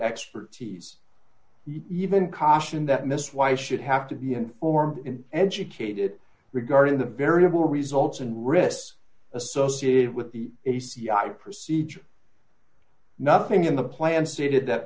expertise you even caution that missed why i should have to be informed and educated regarding the variable results and risks associated with the a c i procedure nothing in the plan stated that